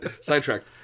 sidetracked